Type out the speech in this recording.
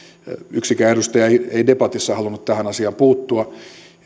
yksikään edustaja ei ei debatissa halunnut tähän asiaan puuttua